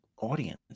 audience